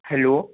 hello